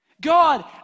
God